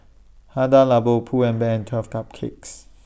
Hada Labo Pull and Bear and twelve Cupcakes